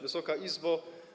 Wysoka Izbo!